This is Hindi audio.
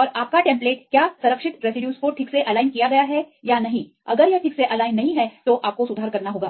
और आपका टेम्प्लेट क्या संरक्षित रेसिड्यूज को ठीक से एलाइन किया गया है या नहीं अगर यह ठीक से एलाइन नहीं है तो आपको सुधार करना होगा